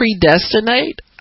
predestinate